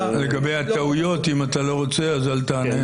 ולגבי הטעויות, אם אתה לא רוצה אז אל תענה.